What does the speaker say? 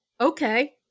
okay